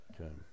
Okay